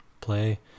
play